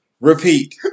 Repeat